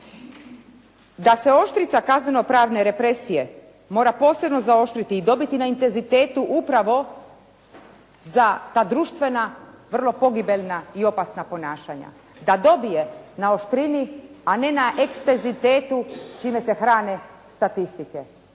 Da se oštrica kaznenopravne represije mora posebno zaoštriti i dobiti na intenzitetu upravo za ta društvena, vrlo pogibeljna i opasna ponašanja, da dobije na oštrini, a ne na ekstezitetu čime se hrane statistike.